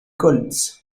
colts